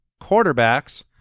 quarterbacks